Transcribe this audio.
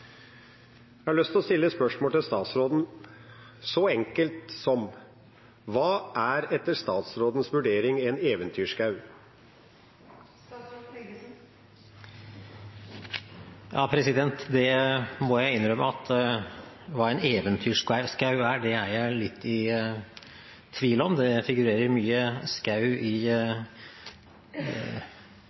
Jeg har lyst å stille et enkelt spørsmål til statsråden: Hva er, etter statsrådens vurdering, en eventyrskog? Jeg må innrømme at jeg er litt i tvil om hva en «eventyrskog» er. Det figurerer mye skog i folkeeventyr og andre eventyr, og det er helt klart at man kan få en eventyrlig opplevelse i